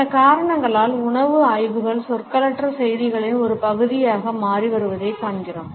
இந்த காரணங்களால் உணவு ஆய்வுகள் சொற்களற்ற செய்திகளின் ஒரு பகுதியாக மாறி வருவதைக் காண்கிறோம்